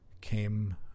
came